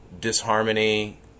disharmony